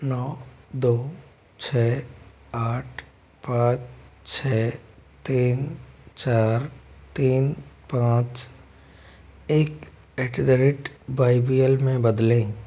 नौ दो छः आठ पाँच छः तीन चार तीन पाँच एक at the rate by B L मे बदलें